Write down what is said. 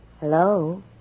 Hello